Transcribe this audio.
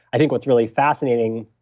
i think what's really fascinating,